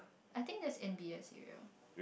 I think that's N_B_S area